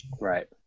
right